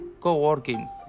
Coworking